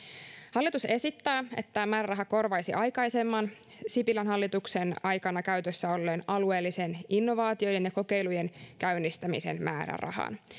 hallitus esittää että määräraha korvaisi aikaisemman sipilän hallituksen aikana käytössä olleen alueellisen innovaatioiden ja kokeilujen käynnistämisen määrärahan